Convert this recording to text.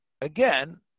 Again